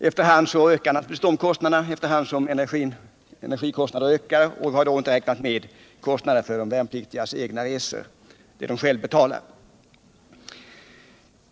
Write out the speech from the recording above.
Efter hand ökande kostnader för energi kommer naturligtvis att ytterligare öka dessa kostnader. Till detta kommer kostnader för de värnpliktigas egna resor, som de själva betalar.